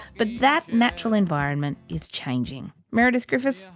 but that natural environment is changing. meredith griffiths,